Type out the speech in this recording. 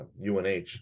UNH